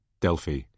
Delphi